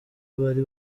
bari